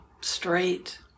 straight